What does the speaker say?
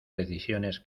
decisiones